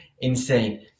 insane